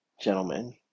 gentlemen